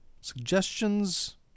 Suggestions